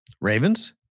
Ravens